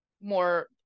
more